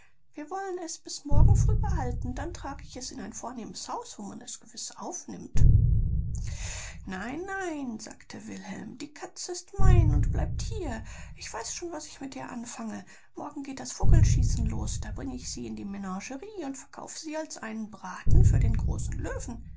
wir wollen es bis morgen früh behalten dann trag ich es in ein vornehmes haus wo man es gewiß aufnimmt nein nein sagte wilhelm die katze ist mein und bleibt hier ich weiß schon was ich mit ihr anfange morgen geht das vogelschießen los da bringe ich sie in die menagerie und verkaufe sie als einen braten für den großen löwen